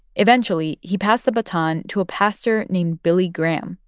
eventually, he passed the baton to a pastor named billy graham,